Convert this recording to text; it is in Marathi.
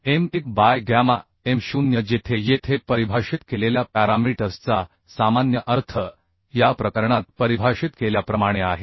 m1 बाय गॅमा m0 जेथे येथे परिभाषित केलेल्या पॅरामीटर्सचा सामान्य अर्थ या ठिकाणी परिभाषित केल्याप्रमाणे आहे